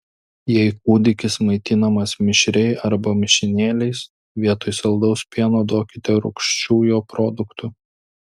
jei kūdikis maitinamas mišriai arba mišinėliais vietoj saldaus pieno duokite rūgščių jo produktų